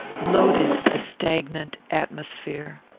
loaded the stagnant atmosphere.